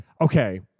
okay